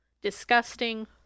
Disgusting